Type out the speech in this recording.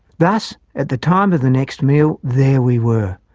thus, at the time of the next meal, there we were,